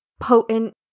potent